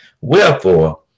Wherefore